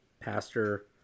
pastor